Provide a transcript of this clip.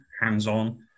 hands-on